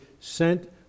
sent